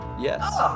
yes